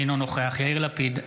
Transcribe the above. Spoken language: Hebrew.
אינו נוכח יאיר לפיד,